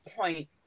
point